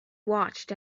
watched